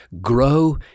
grow